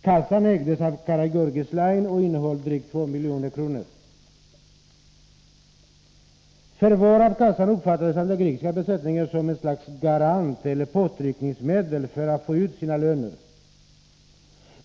Kassan ägdes av Karageorgis Line och Förvaret av kassan uppfattades av den grekiska besättningen som ett slags garanti eller påtryckningsmedel för att besättningen skulle få ut sina löner.